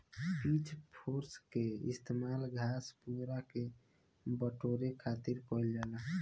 pitch fork के इस्तेमाल घास, पुआरा के बटोरे खातिर कईल जाला